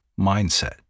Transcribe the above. mindset